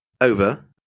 over